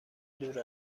دور